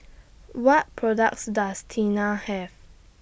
What products Does Tena Have